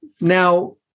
Now